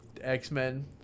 X-Men